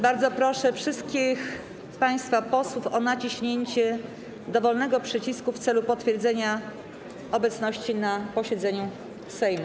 Bardzo proszę wszystkich państwa posłów o naciśnięcie dowolnego przycisku w celu potwierdzenia obecności na posiedzeniu Sejmu.